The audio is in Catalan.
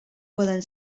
poden